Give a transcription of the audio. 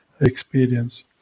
experience